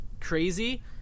crazy